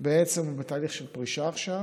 בעצם בתהליך של פרישה עכשיו